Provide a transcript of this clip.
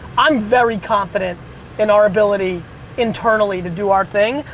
i'm very confident in our ability internally to do our thing.